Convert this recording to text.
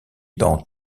dans